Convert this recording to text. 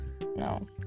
no